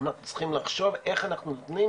אנחנו צריכים לחשוב איך אנחנו נותנים